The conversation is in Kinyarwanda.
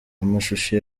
amashusho